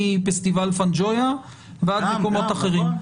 מפסטיבל פנג'ויה ועד מקומות אחרים.